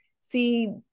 see